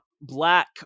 black